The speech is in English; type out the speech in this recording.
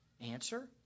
Answer